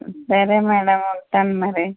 సరే మేడం ఉంటాను మరి